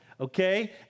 okay